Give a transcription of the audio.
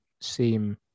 seem